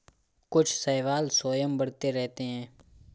कुछ शैवाल स्वयं बढ़ते रहते हैं